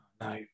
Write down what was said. No